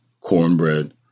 cornbread